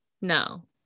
No